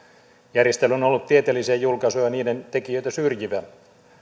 järjestely on ollut tieteellisiä julkaisuja ja niiden tekijöitä syrjivä